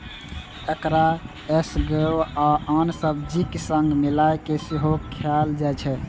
एकरा एसगरो आ आन सब्जीक संग मिलाय कें सेहो खाएल जाइ छै